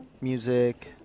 music